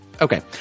Okay